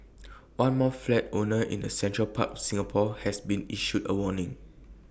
one more flat owner in the central part of Singapore has been issued A warning